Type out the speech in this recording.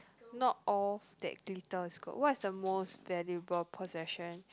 not all that glitters is good what is the most valuable possession